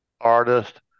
artist